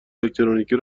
الکترونیکی